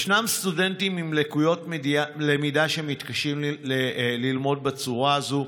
ישנם סטודנטים עם לקויות למידה שמתקשים ללמוד בצורה הזאת.